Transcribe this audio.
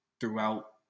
throughout